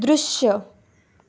दृश्य